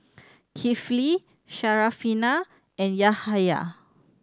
Kifli Syarafina and Yahaya